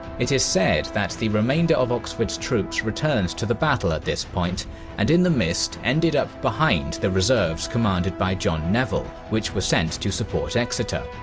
it is said, that the remainder of oxford's troops returned to the battle at this point and in the mist ended up behind the reserves commanded by john neville, which were sent to support exeter.